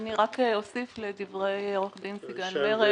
אני רק אוסיף לדברי עורך דין סיגל מרד.